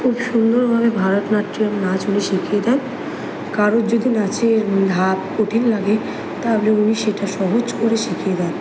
খুব সুন্দরভাবে ভরতনাট্যম নাচ উনি শিখিয়ে দেন কারোর যদি নাচের ধাপ কঠিন লাগে তাহলে উনি সেটা সহজ করে শিখিয়ে দেন